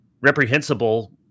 reprehensible